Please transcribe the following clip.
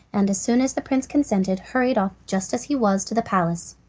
and as soon as the prince consented hurried off just as he was to the palace.